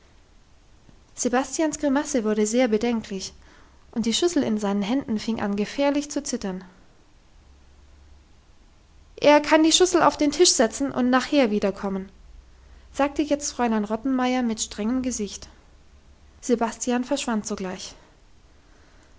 sebastians grimasse wurde sehr bedenklich und die schüssel in seinen händen fing an gefährlich zu zittern er kann die schüssel auf den tisch setzen und nachher wiederkommen sagte jetzt fräulein rottenmeier mit strengem gesicht sebastian verschwand sogleich